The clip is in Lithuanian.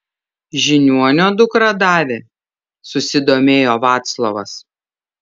žiniuonio dukra davė susidomėjo vaclovas